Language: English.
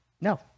No